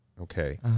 okay